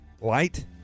light